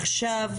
אחרי,